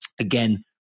Again